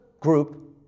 Group